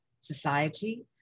society